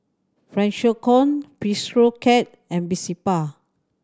Freshkon Bistro Cat and Vespa